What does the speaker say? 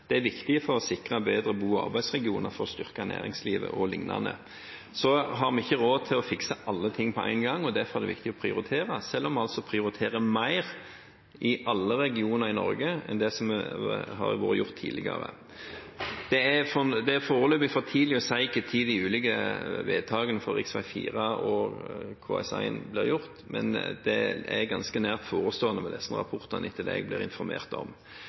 Det er viktig for å sikre bedre bo- og arbeidsregioner for å styrke næringslivet o.l. Så har vi ikke råd til å fikse alle ting på en gang, og derfor er det viktig å prioritere, selv om vi altså prioriterer mer i alle regioner i Norge enn det som har vært gjort tidligere. Det er foreløpig for tidlig å si når de ulike vedtakene for rv. 4 og KS1 blir gjort, men det er ganske nært forestående, disse rapportene, etter det jeg blir informert om.